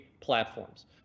platforms